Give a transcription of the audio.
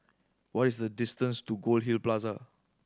what is the distance to Goldhill Plaza